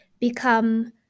become